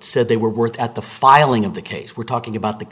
said they were worth at the filing of the case we're talking about the